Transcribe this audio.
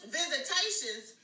visitations